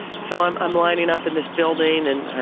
so i'm i'm lining up in this building. and,